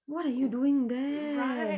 what are you doing there